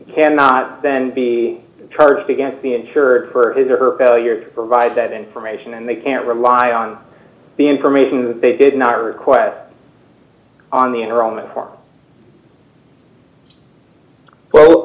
issue cannot then be charged against the insured for his or her failure to provide that information and they can't rely on the information that they did not request on the enrollment